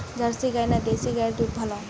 Jersey গাই না দেশী গাইয়ের দুধ ভালো?